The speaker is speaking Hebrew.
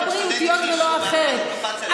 לא בריאותיות ולא אחרות.